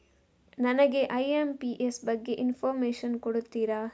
ನನಗೆ ಐ.ಎಂ.ಪಿ.ಎಸ್ ಬಗ್ಗೆ ಇನ್ಫೋರ್ಮೇಷನ್ ಕೊಡುತ್ತೀರಾ?